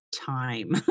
time